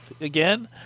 again